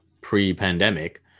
pre-pandemic